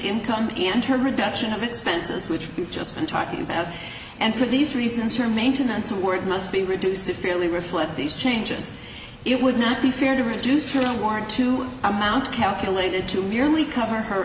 income and term reduction of expenses which you've just been talking about and for these reasons your maintenance work must be reduced to fairly reflect these changes it would not be fair to reduce your award to amount calculated to merely cover her